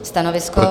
Stanovisko?